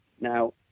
now